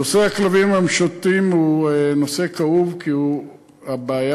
נושא הכלבים המשוטטים הוא נושא כאוב, כי הבעיה